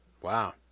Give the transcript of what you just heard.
Wow